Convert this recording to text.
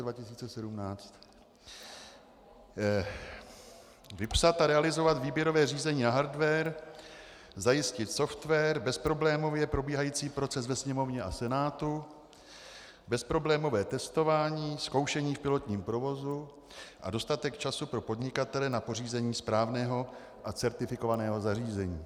Vypsat a realizovat výběrové řízení na hardware, zajistit software, bezproblémově probíhající proces ve Sněmovně a v Senátu, bezproblémové testování, zkoušení v pilotním provozu a dostatek času pro podnikatele na pořízení správného a certifikovaného zařízení atd., atd.